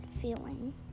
feeling